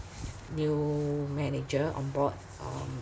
new manager on board um